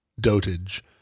dotage